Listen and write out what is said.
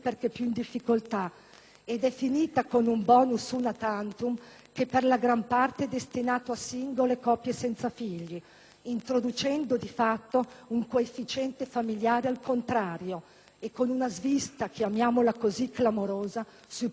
ed è finita con un *bonus una tantum,* che per la gran parte è destinato a *single* e coppie senza figli, introducendo di fatto un coefficiente familiare al contrario e con una clamorosa svista - chiamamola così - sui portatori di *handicap*.